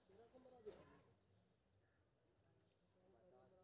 किट के प्रकोप से बचाव के लेल मिटी के कि करे के चाही?